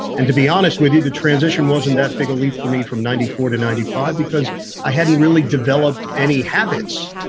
and to be honest with you, the transition wasn't that big a leap for me from ninety four to ninety five because i hadn't really developed any habits.